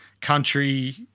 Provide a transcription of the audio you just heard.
country